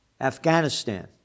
Afghanistan